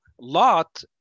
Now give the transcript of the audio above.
Lot